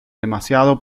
demasiado